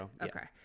Okay